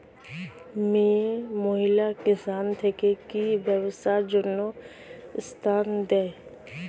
মিয়ে মহিলা কিষান থেকে কি ব্যবসার জন্য ঋন দেয়?